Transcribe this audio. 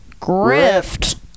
Grift